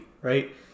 right